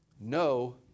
No